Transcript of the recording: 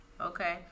Okay